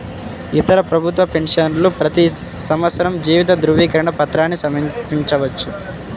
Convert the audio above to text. ఇతర ప్రభుత్వ పెన్షనర్లు ప్రతి సంవత్సరం జీవిత ధృవీకరణ పత్రాన్ని సమర్పించవచ్చు